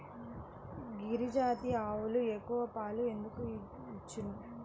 గిరిజాతి ఆవులు ఎక్కువ పాలు ఎందుకు ఇచ్చును?